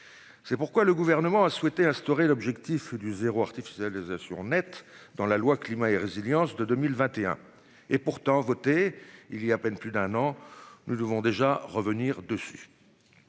C'est pourquoi le gouvernement a souhaité instaurer l'objectif du zéro artificialisation nette dans la loi climat et résilience de 2021 et pourtant voté il y a à peine plus d'un an. Nous devons déjà revenir dessus.